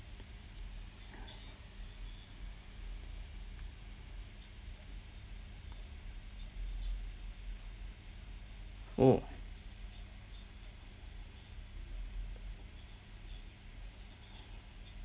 oh